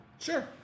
Sure